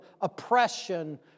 oppression